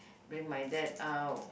bring my dad out